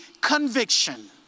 conviction